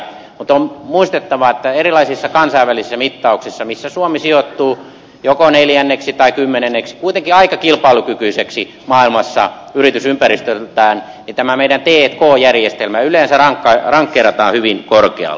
mutta on muistettava että erilaisissa kansainvälisissä mittauksissa missä suomi sijoittuu joko neljänneksi tai kymmenenneksi kuitenkin aika kilpailukykyiseksi maailmassa yritysympäristöltään tämä meidän t k järjestelmä yleensä rankkeerataan hyvin korkealle